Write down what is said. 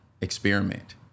experiment